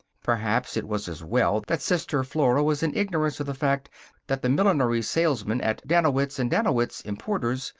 perhaps it was as well that sister flora was in ignorance of the fact that the millinery salesmen at danowitz and danowitz, importers,